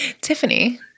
Tiffany